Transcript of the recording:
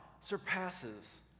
surpasses